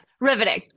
riveting